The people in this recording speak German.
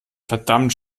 verdammt